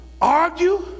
argue